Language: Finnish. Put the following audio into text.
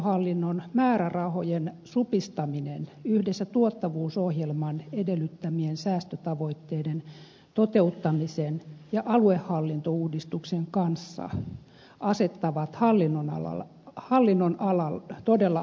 ympäristöhallinnon määrärahojen supistaminen yhdessä tuottavuusohjelman edellyttämien säästötavoitteiden toteuttamisen ja aluehallintouudistuksen kanssa asettavat hallinnonalan todella haasteelliseen tilanteeseen